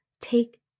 take